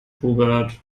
hubert